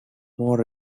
more